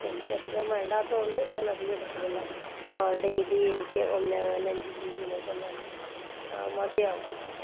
പക്ഷേ എനിക്കധികം വേണ്ടാത്തതുകൊണ്ട് ഞാൻ അധികം എടുക്കുന്നില്ല ഡെയിലി എനിക്ക് ഒന്നേ പോയന്റ് അഞ്ച് ജീ ബീനെക്കൊണ്ടന്നെ മതിയാകുന്നുണ്ട്